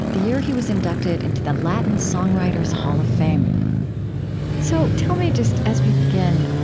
the year he was inducted into the latin songwriters hall of fame so tell me, just as we begin,